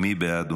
מי בעד?